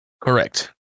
Correct